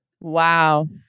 Wow